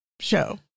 show